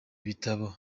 bitabo